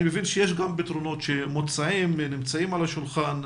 אני מבין שיש גם פתרונות שמוצעים ונמצאים על השולחן,